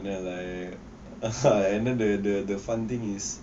and then like and then the the fun thing is